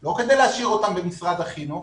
ולא כדי להשאיר אותם במשרד החינוך